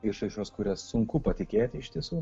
išraiškos kurias sunku patikėti iš tiesų